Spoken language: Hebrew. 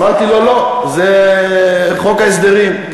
אמרתי לו: לא, זה חוק ההסדרים.